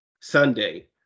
Sunday